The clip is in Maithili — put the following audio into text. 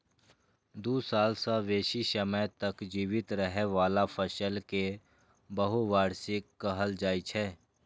दू साल सं बेसी समय तक जीवित रहै बला फसल कें बहुवार्षिक कहल जाइ छै